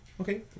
Okay